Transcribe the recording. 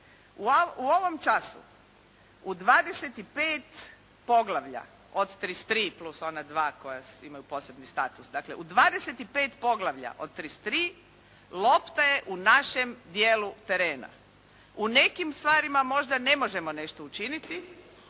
U ovom času u 25 poglavlja od 33 plus ona 2 koja imaju poseban status, dakle u 25 poglavlja od 33, lopta je u našem dijelu terena. U nekim stvarima možda ne možemo nešto učiniti